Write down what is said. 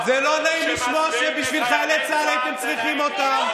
לא נעים לשמוע שבשביל חיילי צה"ל הייתם צריכים אותם.